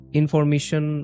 information